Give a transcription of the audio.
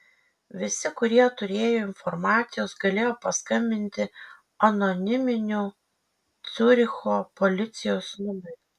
visi kurie turėjo informacijos galėjo paskambinti anoniminiu ciuricho policijos numeriu